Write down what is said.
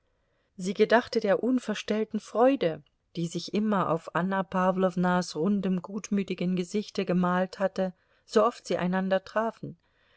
sie gedachte der unverstellten freude die sich immer auf anna pawlownas rundem gutmütigem gesichte gemalt hatte sooft sie einander trafen